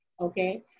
Okay